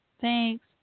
Thanks